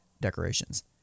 decorations